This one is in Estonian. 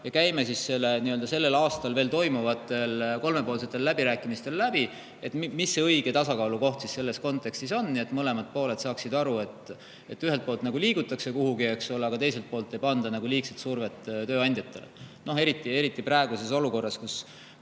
ja käime veel sellel aastal toimuvatel kolmepoolsetel läbirääkimistel läbi, mis see õige tasakaalukoht selles kontekstis on, nii et mõlemad pooled saaksid aru, et ühelt poolt liigutakse kuhugi, eks ole, aga teiselt poolt ei panda liigset survet tööandjatele, eriti praeguses olukorras, kus